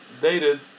dated